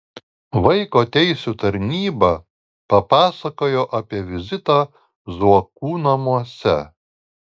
vaiko teisių tarnyba papasakojo apie vizitą zuokų namuose